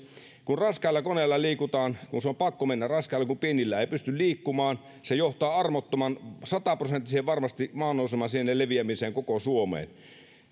kun raskailla koneilla liikutaan on pakko mennä raskailla kun pienillä ei pysty liikkumaan se johtaa armottoman sataprosenttisen varmasti maannousemasienen leviämiseen koko suomeen